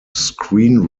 screen